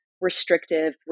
restrictive